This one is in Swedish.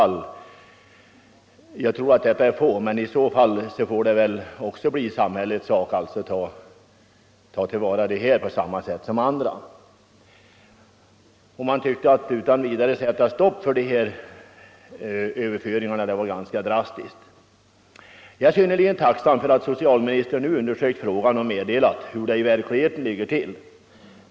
Jag tror att dessa är få, och det får väl då bli samhällets sak att ingripa på samma sätt som i andra fall. Att utan vidare sätta stopp för de här överföringarna skulle ju vara ganska drastiskt. Jag är synnerligen tacksam för att socialministern nu har undersökt frågan och meddelat hur det verkligen ligger till.